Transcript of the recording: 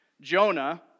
Jonah